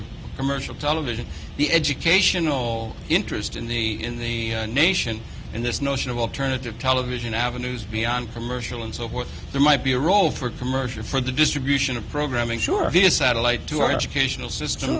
of commercial television the educational interest in the nation and this notion of alternative television avenues beyond commercial and so forth there might be a role for commercial for the distribution of programming sure via satellite